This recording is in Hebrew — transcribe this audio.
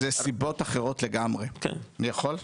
זה סיבות אחרות לגמרי, אני יכול?